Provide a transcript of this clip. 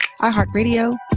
iheartradio